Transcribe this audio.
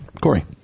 Corey